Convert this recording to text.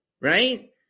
right